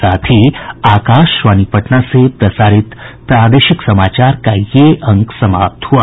इसके साथ ही आकाशवाणी पटना से प्रसारित प्रादेशिक समाचार का ये अंक समाप्त हुआ